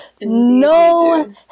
no